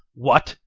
what!